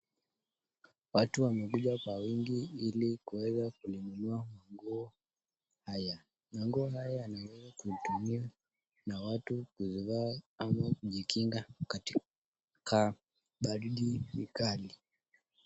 Watu wamekuja kwa wingi ili kuweza kuinunua nguo haya. Manguo haya inaweza kutumiwa na watu kuvaa ama kujikinga wakati wa baridi kali.